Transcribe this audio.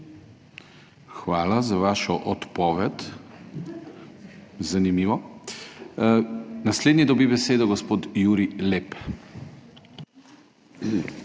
Hvala za vašo odpoved. Zanimivo. Naslednji dobi besedo gospod Jurij Lep. JURIJ